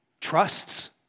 trusts